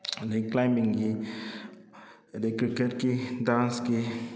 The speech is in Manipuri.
ꯑꯗꯨꯗꯩ ꯀ꯭ꯂꯥꯏꯝꯕꯤꯡꯒꯤ ꯑꯗꯨꯗꯩ ꯀ꯭ꯔꯤꯛꯀꯦꯠꯀꯤ ꯗꯥꯟꯁꯀꯤ